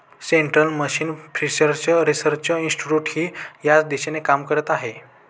central marine fishers research इन्स्टिट्यूटही याच दिशेने काम करत आहे